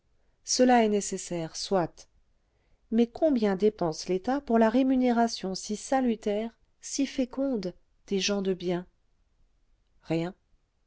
cela est nécessaire soit mais combien dépense l'état pour la rémunération si salutaire si féconde des gens de bien rien